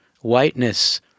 whiteness